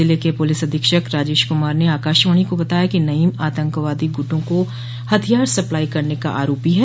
जिले के पुलिस अधीक्षक राजेश कुमार ने आकाशवाणी को बताया कि नईम आतंकवादी गुटों को हथियार सप्लाई करने का आरोपी है